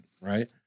right